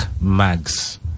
mags